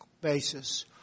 basis